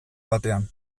batean